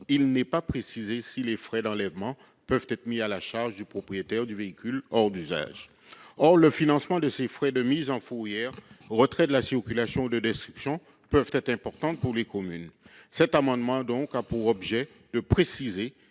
il n'est pas précisé si les frais d'enlèvement peuvent être mis à la charge du propriétaire du véhicule hors d'usage. Or les frais de mise en fourrière, de retrait de la circulation ou de destruction peuvent être importants pour les communes. Cet amendement a donc pour objet de préciser